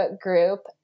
group